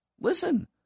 listen